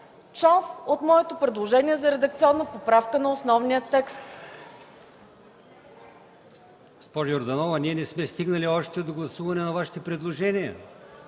част от моето предложение за редакционна поправка на основния текст.